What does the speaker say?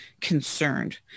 concerned